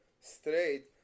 straight